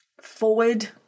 forward